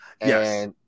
Yes